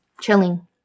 Chilling